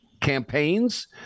campaigns